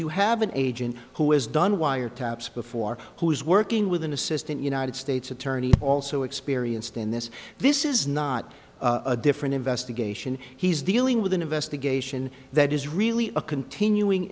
you have an agent who is done wire taps before who is working with an assistant united states attorney also experienced in this this is not a different investigation he's dealing with an investigation that is really a continuing